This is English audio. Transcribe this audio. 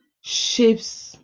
shapes